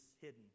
hidden